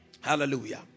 hallelujah